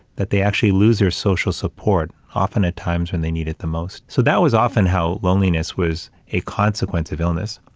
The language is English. that they actually lose their social support, often at times when they need it the most. so, that was often how loneliness was a consequence of illness.